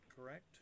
correct